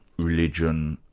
religion,